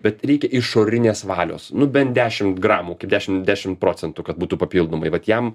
bet reikia išorinės valios nu bent dešimt gramų kaip dešimt dešimt procentų kad būtų papildomai vat jam